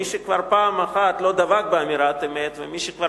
מי שכבר פעם אחת לא דבק באמירת אמת ומי שכבר